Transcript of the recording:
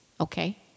Okay